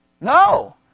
No